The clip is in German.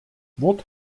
wort